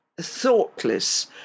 thoughtless